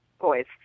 boys